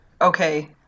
okay